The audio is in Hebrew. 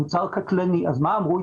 מוצר קטלני, ומה אמרו?